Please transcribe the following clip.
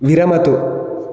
विरमतु